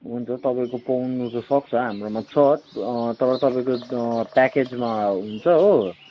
हुन्छ तपाईँको पाउनु त सक्छ हाम्रोमा छ तर तपाईँको प्याकेजमा हुन्छ हो